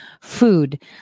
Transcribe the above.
food